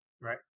Right